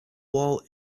wall